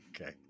Okay